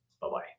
Bye-bye